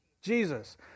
Jesus